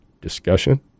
discussion